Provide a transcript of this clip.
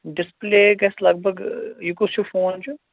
display گژھِ لگ big یہِ کُس ہیٛوٗ فون چھُ